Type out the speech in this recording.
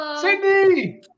Sydney